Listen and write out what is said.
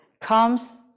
comes